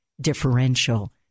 differential